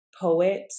poet